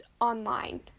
online